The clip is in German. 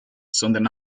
sondern